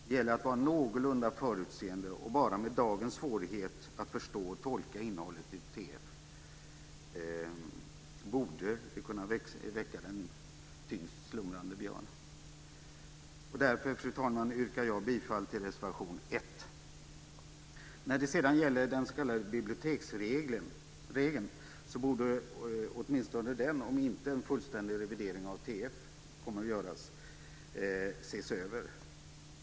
Det gäller att var någorlunda förutseende, och bara dagens svårighet att förstå och tolka innehållet i tryckfrihetsförordningen borde kunna väcka den tyngst slumrande björn. Därför, fru talman, yrkar jag bifall till reservation Den s.k. biblioteksregeln borde ses över om inte en fullständig revidering av TF kommer att göras.